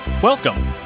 Welcome